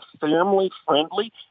family-friendly